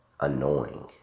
annoying